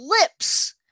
lips